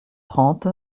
trente